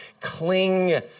Cling